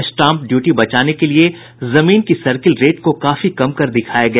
stamp duty बचाने के लिए जमीन की सर्किल रेट को काफी कम कर दिखाया गया